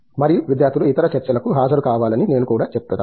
మరియు విద్యార్థులు ఇతర చర్చలకు హాజరు కావాలని నేను కూడా చెప్తాను